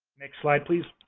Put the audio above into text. next slide, please.